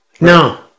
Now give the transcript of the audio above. No